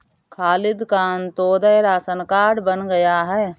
खालिद का अंत्योदय ration card बन गया है